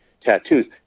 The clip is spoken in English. tattoos